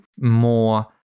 more